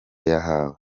yahawe